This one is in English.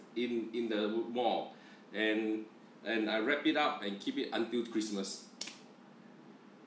in in the mall and and I wrap it up and keep it until christmas